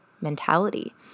mentality